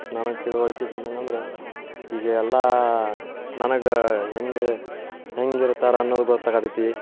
ನನಗೆ ತಿಳಿವಳ್ಕೆ ಬಂದಂಗೆ ಅಂದ್ರೆ ಈಗ ಎಲ್ಲ ನನಗೆ ಹೆಂಗೆ ಹೆಂಗಿರ್ತಾರೆ ಅನ್ನೋದ್ ಗೊತ್ತಾಗತೈತಿ